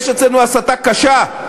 יש אצלנו הסתה קשה.